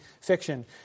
fiction